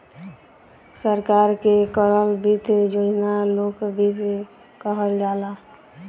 सरकार के करल वित्त योजना लोक वित्त कहल जाला